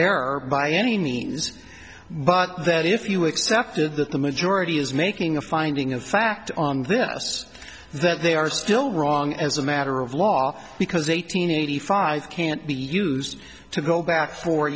error by any means but that if you accepted that the majority is making a finding of fact on this that they are still wrong as a matter of law because eight hundred eighty five can't be used to go back four